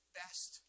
best